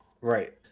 Right